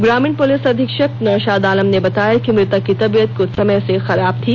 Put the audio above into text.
ग्रामीण पुलिस अधीक्षक नौशाद आलम ने बताया कि मृतक की तबियत कुछ समय से खराब थी